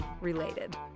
related